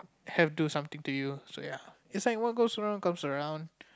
have do something to you so ya it's like what goes around comes around